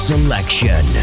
Selection